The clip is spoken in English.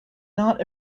not